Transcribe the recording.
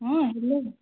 ହଁ ହେଲୋ